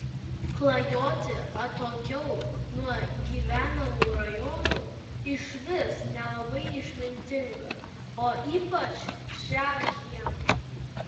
klajoti atokiau nuo gyvenamų rajonų išvis nelabai išmintinga o ypač šią žiemą